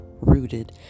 Rooted